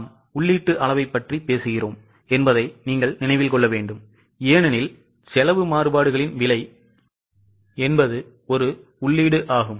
நாம் உள்ளீட்டு அளவைப் பற்றி பேசுகிறோம் என்பதை நினைவில் கொள்ளுங்கள் ஏனெனில் செலவு மாறுபாடுகளின் விலை ஒரு உள்ளீடாகும்